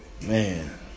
Man